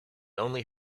only